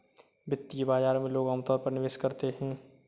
वित्तीय बाजार में लोग अमतौर पर निवेश करते हैं